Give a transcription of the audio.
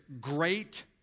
great